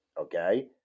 okay